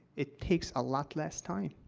it takes a lot less time.